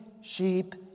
sheep